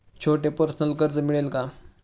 छोटे पर्सनल कर्ज मिळेल का?